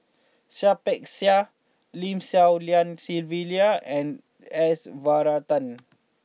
Seah Peck Seah Lim Swee Lian Sylvia and S Varathan